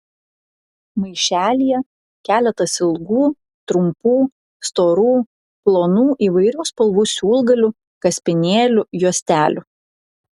maišelyje keletas ilgų trumpų storų plonų įvairių spalvų siūlgalių kaspinėlių juostelių